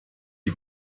die